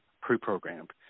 pre-programmed